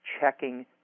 checking